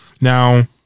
Now-